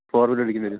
ബോർവെല്ലടിക്കേണ്ടി വരും